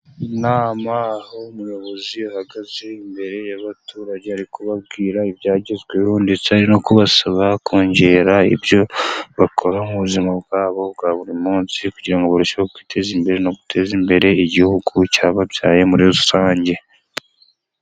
Inama aho umuyobozi uhagaze imbere y'abaturage ari kubabwira ibyagezweho, ndetse no kubasaba kongera ibyo bakora mu buzima bwa bo bwa buri munsi, kugira ngo barusheho kwiteza imbere, no guteza imbere igihugu cyababyaye muri rusange.